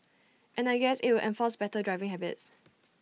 and I guess IT would enforce better driving habits